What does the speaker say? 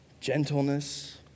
gentleness